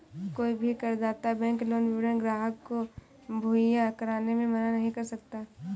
कोई भी करदाता बैंक लोन विवरण ग्राहक को मुहैया कराने से मना नहीं कर सकता है